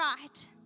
right